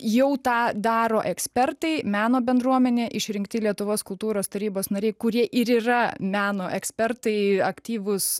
jau tą daro ekspertai meno bendruomenė išrinkti lietuvos kultūros tarybos nariai kurie ir yra meno ekspertai aktyvūs